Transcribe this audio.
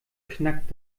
knackt